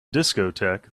discotheque